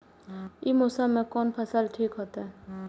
ई मौसम में कोन फसल ठीक होते?